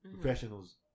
professional's